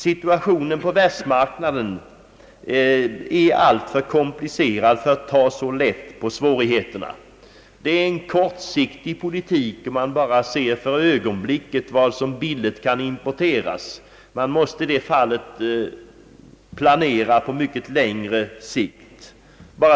Situationen på världsmarknaden är alltför komplicerad för att man skall kunna ta så lätt på svårigheterna. Det är en kortsiktig politik att bara se till vad som för ögonblicket kan importeras billigt. Man måste planera på mycket längre sikt.